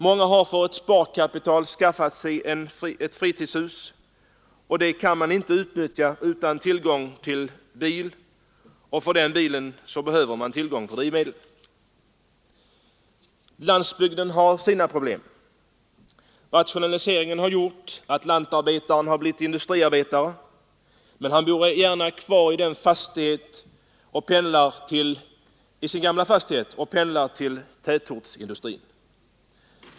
Många har för sitt sparkapital skaffat sig ett fritidhus, som de inte kan utnyttja utan tillgång till bil, och för den bilen behöver de tillgång till drivmedel. Landsbygden har sina problem. Rationaliseringen har gjort att lantarbetaren blivit industriarbetare. Men han bor gärna kvar i sin gamla fastighet och pendlar till tätortsindustrin.